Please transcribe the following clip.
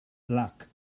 luck